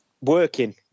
working